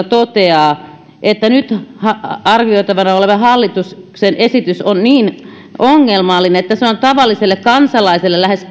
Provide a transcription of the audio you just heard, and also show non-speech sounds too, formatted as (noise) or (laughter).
(unintelligible) toteaa että nyt arvioitavana oleva hallituksen esitys on niin ongelmallinen että se on tavalliselle kansalaiselle lähes (unintelligible)